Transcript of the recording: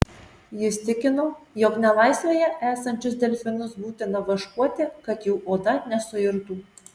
jis tikino jog nelaisvėje esančius delfinus būtina vaškuoti kad jų oda nesuirtų